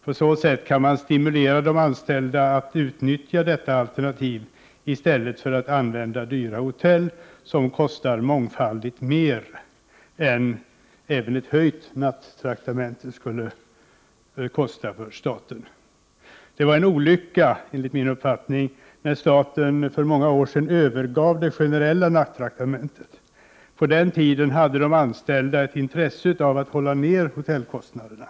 På så sätt kan man stimulera de anställda att utnyttja detta alternativ i stället för att anlita dyra hotell, som kostar mångfaldigt mer än vad ett höjt nattraktamente skulle kosta för staten. Det var, enligt min uppfattning, en olycka när staten för många år sedan övergav det generella nattraktamentet. På den tiden hade de anställda ett intresse av att hålla nere hotellkostnaderna.